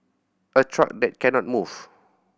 a truck that cannot move